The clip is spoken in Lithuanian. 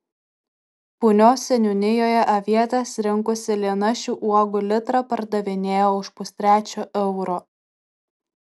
punios seniūnijoje avietes rinkusi lina šių uogų litrą pardavinėjo už pustrečio euro